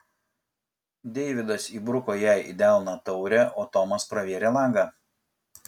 deividas įbruko jai į delną taurę o tomas pravėrė langą